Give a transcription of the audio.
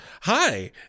Hi